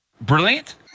brilliant